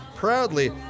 proudly